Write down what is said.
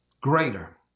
greater